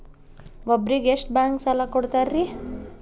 ಒಬ್ಬರಿಗೆ ಎಷ್ಟು ಬ್ಯಾಂಕ್ ಸಾಲ ಕೊಡ್ತಾರೆ?